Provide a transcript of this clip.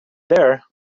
there